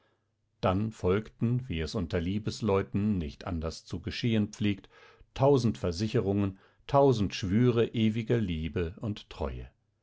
dann folgten wie es unter liebesleuten nicht anders zu geschehen pflegt tausend versicherungen tausend schwüre ewiger liebe und treue